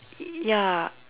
ya